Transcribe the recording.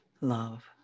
Love